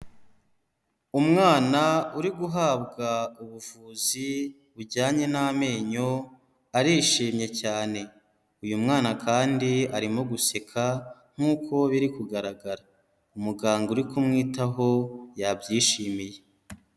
Umwana uri guhabwa ubuvuzi bujyanye n'amenyo, arishimye cyane. Uyu mwana kandi arimo guseka nkuko biri kugaragara. Umuganga uri kumwitaho yabyishimiye.